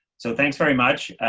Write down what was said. so thanks very much.